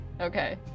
okay